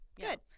good